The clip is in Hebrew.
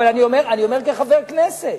אבל אני אומר כחבר כנסת.